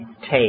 take